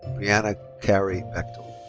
yeah and kary bechtel.